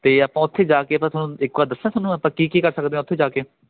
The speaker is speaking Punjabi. ਅਤੇ ਆਪਾਂ ਉੱਥੇ ਜਾ ਕੇ ਆਪਾਂ ਤੁਹਾਨੂੰ ਇੱਕ ਵਾਰ ਦੱਸਾਂ ਤੁਹਾਨੂੰ ਆਪਾਂ ਕੀ ਕੀ ਕਰ ਸਕਦੇ ਹਾਂ ਉੱਥੇ ਜਾ ਕੇ